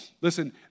Listen